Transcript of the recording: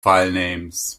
filenames